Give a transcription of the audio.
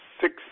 six